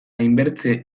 hainbertze